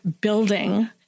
building